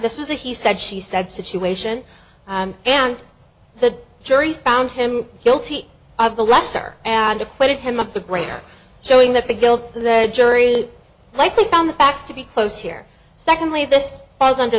this is a he said she said situation and the jury found him guilty of the lesser and acquitted him of the greater showing that the guilt the jury likely found the facts to be close here secondly this falls under